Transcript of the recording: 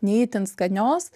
ne itin skanios